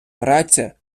праця